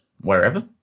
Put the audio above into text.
wherever